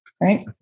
right